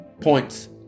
points